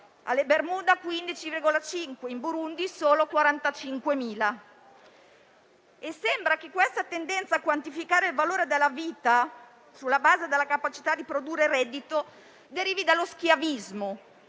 alle Bermuda 15,5, in Burundi solo 45.000. Sembra che questa tendenza a quantificare il valore della vita sulla base della capacità di produrre reddito derivi dallo schiavismo,